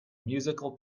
musical